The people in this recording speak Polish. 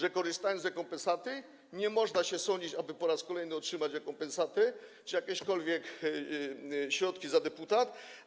Jak korzysta się z rekompensaty, to nie można się sądzić, aby po raz kolejny otrzymać rekompensatę czy jakiekolwiek środki za deputat.